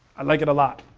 i like it a lot.